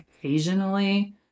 occasionally